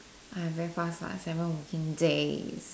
!aiya! very fast lah seven working days